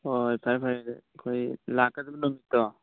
ꯍꯣꯏ ꯍꯣꯏ ꯐꯔꯦ ꯐꯔꯦ ꯑꯗꯨꯗꯤ ꯑꯩꯈꯣꯏ ꯂꯥꯛꯀꯗꯕ ꯅꯨꯃꯤꯠꯇꯣ